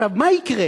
עכשיו, מה יקרה?